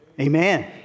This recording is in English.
Amen